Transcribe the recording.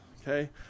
Okay